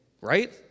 right